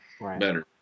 better